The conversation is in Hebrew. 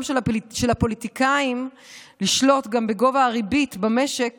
של הפוליטיקאים לשלוט גם בגובה הריבית במשק